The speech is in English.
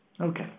Okay